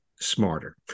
smarter